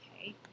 okay